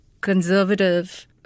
conservative